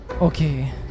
okay